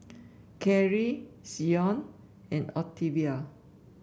Carry Coen and Octavio